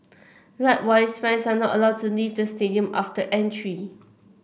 likewise fans are not allowed to leave the stadium after entry